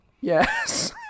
Yes